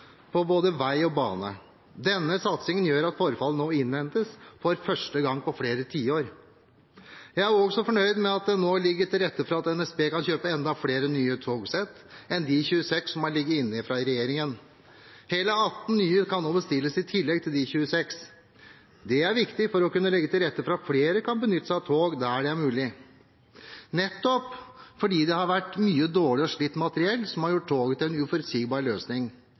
på både vei og bane. Denne satsingen gjør at forfallet nå innhentes, for første gang på flere tiår. Jeg er også fornøyd med at det nå ligger til rette for at NSB kan kjøpe enda flere nye togsett enn de 26 som har ligget inne fra regjeringen. Hele 18 nye kan nå bestilles i tillegg til de 26. Det er viktig for å kunne legge til rette for at flere kan benytte seg av tog der det er mulig, nettopp fordi det har vært mye dårlig og slitt materiell, som har gjort toget til en uforutsigbar løsning.